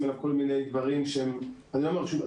עליו כל מיני דברים שהם אני אומר שוב,